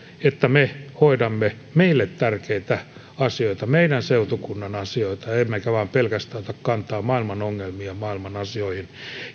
että me hoidamme myös meille tärkeitä asioita meidän seutukuntamme asioita emmekä vain pelkästään ota kantaa maailman ongelmiin ja maailman asioihin